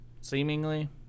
seemingly